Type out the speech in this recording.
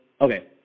okay